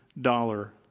dollar